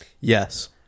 Yes